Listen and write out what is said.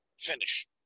finish